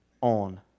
on